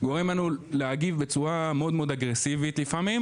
גורם לנו להגיב בצורה מאוד מאוד אגרסיבית לפעמים,